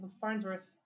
farnsworth